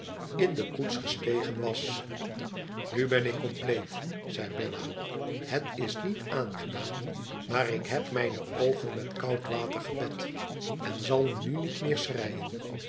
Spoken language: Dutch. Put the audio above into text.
in de koets gestegen was inu ben ik compleet zei bella ihet is niet aangenaam maar ik heb mijne oogen met koud water gebet en zal nu niet meer